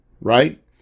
right